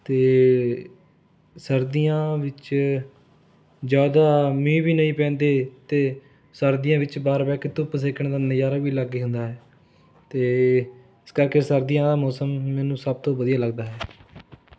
ਅਤੇ ਸਰਦੀਆਂ ਵਿੱਚ ਜ਼ਿਆਦਾ ਮੀਂਹ ਵੀ ਨਹੀਂ ਪੈਂਦੇ ਅਤੇ ਸਰਦੀਆਂ ਵਿੱਚ ਬਾਹਰ ਬਹਿ ਕੇ ਧੁੱਪ ਸੇਕਣ ਦਾ ਨਜ਼ਾਰਾ ਵੀ ਅਲੱਗ ਹੀ ਹੁੰਦਾ ਹੈ ਅਤੇ ਇਸ ਕਰਕੇ ਸਰਦੀਆਂ ਦਾ ਮੌਸਮ ਮੈਨੂੰ ਸਭ ਤੋਂ ਵਧੀਆ ਲੱਗਦਾ ਹੈ